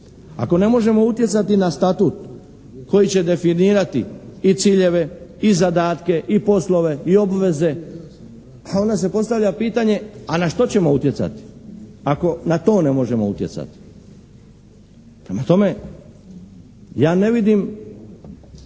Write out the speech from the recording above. Ako ne možemo utjecati na statut koji će definirati i ciljeve, i zadatke, i poslove i obveze, a onda se postavlja pitanje a na što ćemo utjecati ako na to ne možemo utjecati? Prema tome, ja ne vidim